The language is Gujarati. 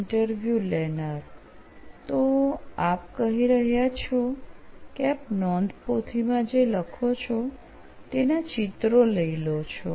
ઈન્ટરવ્યુ લેનાર તો આપ કહી રહ્યા છો કે આપ નોંધપોથીમાં જે લખો છો તેના ચિત્ર લઇ લો છો